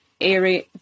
area